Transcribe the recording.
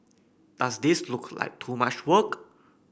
does this look like too much work